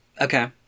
Okay